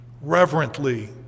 reverently